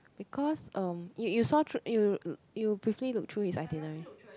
because um you saw through you you briefly look through his itinerary